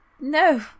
no